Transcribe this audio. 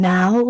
Now